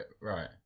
Right